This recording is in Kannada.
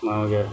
ನಮಗೆ